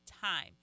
time